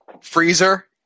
freezer